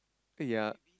yea